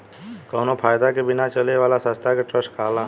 कावनो फायदा के बिना चले वाला संस्था के ट्रस्ट कहाला